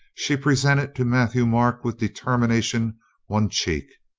she presented to matthieu-marc with determination one cheek,